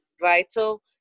vital